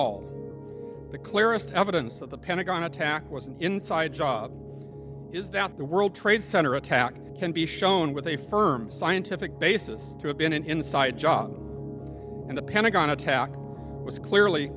all the clearest evidence of the pentagon attack was an inside job is that the world trade center attack can be shown with a firm scientific basis to have been an inside job and the pentagon attack was clearly